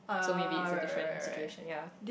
so maybe it's a different situation ya